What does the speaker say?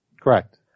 Correct